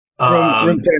room